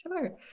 Sure